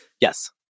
Yes